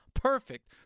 Perfect